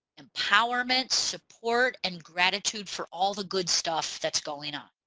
empowerment, support, and gratitude for all the good stuff that's going on.